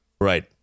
right